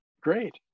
Great